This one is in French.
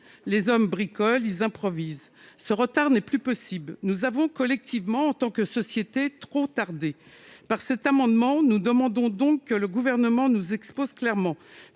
les hommes bricolent, ils improvisent. Ce retard n'est plus possible. Nous avons collectivement trop tardé. Par cet amendement, nous demandons que le Gouvernement nous expose clairement